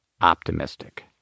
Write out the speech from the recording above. optimistic